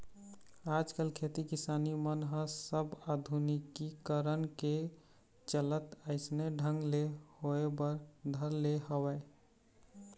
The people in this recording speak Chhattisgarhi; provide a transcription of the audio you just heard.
आजकल खेती किसानी मन ह सब आधुनिकीकरन के चलत अइसने ढंग ले होय बर धर ले हवय